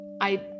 I-